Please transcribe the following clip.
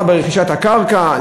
ברכישת הקרקע,